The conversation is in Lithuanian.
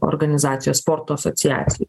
organizacijoj sporto asociacijoj